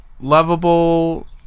lovable